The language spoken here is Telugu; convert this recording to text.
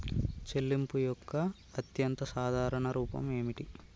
చెల్లింపు యొక్క అత్యంత సాధారణ రూపం ఏమిటి?